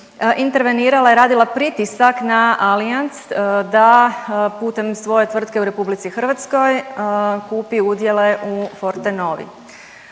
intervenirala i radila pritisak na Allianz da putem svoje tvrtke u RH kupi udjele u Fortenovi.